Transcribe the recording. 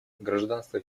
гражданство